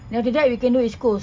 then after that we can go east coast